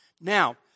Now